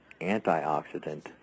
antioxidant